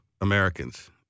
Americans